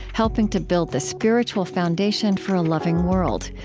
helping to build the spiritual foundation for a loving world.